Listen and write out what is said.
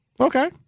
okay